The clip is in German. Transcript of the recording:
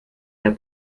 der